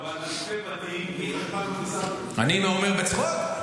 אבל אלפי בתים --- אני אומר בצחוק?